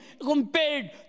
compared